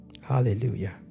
Hallelujah